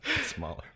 smaller